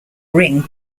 ring